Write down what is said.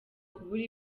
kubura